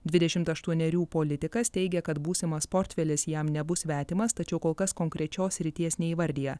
dvidešimt aštuonerių politikas teigia kad būsimas portfelis jam nebus svetimas tačiau kol kas konkrečios srities neįvardija